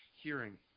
hearing